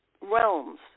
realms